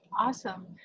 Awesome